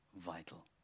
vital